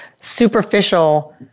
superficial